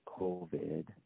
covid